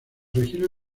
región